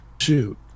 Shoot